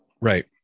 Right